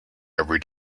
every